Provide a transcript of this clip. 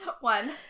one